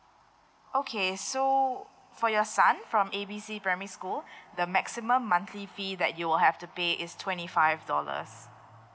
okay so for your son from A B C primary school the maximum monthly fee that you will have to pay is twenty five dollars